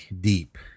deep